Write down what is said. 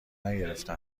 نگرفته